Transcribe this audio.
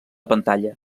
pantalla